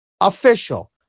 official